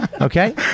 Okay